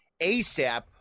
ASAP